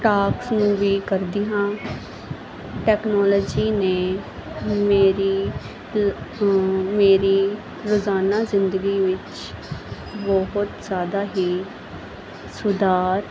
task ਨੂੰ ਵੀ ਕਰਦੀ ਹਾਂ ਟੈਕਨੋਲੋਜੀ ਨੇ ਮੇਰੀ ਮੇਰੀ ਰੋਜ਼ਾਨਾ ਜ਼ਿੰਦਗੀ ਵਿੱਚ ਬਹੁਤ ਜ਼ਿਆਦਾ ਹੀ ਸੁਧਾਰ